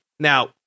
Now